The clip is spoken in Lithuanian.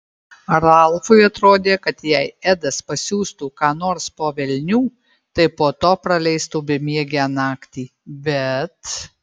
ralfui atrodė kad jei edas pasiųstų ką nors po velnių tai po to praleistų bemiegę naktį bet